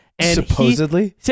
Supposedly